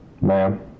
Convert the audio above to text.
Ma'am